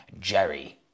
Jerry